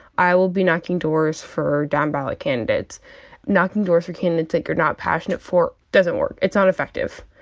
i will be knocking doors for down ballot candidates knocking doors for candidates that you're not passionate for doesn't work. it's not effective.